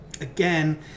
again